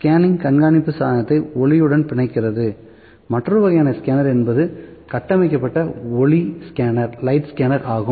scanner கண்காணிப்பு சாதனத்தை ஒளியுடன் பிணைக்கிறது மற்றொரு வகையான ஸ்கேனர் என்பது கட்டமைக்கப்பட்ட ஒளி ஸ்கேனர் ஆகும்